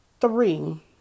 three